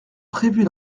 prévues